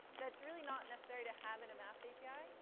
that's really not necessary to have in a maps api.